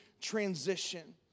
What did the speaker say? transition